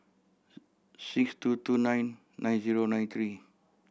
six two two nine nine zero nine three